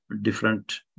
different